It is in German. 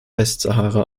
westsahara